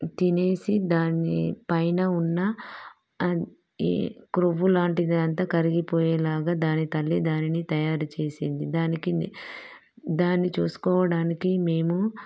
తినేసి దాని పైన ఉన్న క్రొవ్వు లాంటిది అంతా కరిగిపోయేలాగా దాని తల్లి దానిని తయారు చేసింది దానికి దాన్ని చూసుకోడానికి మేము